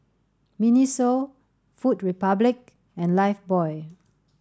Miniso Food Republic and Lifebuoy